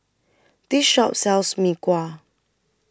This Shop sells Mee Kuah